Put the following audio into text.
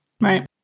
Right